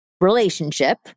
relationship